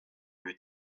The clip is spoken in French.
lui